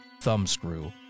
Thumbscrew